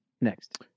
next